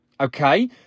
Okay